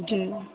جی